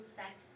sex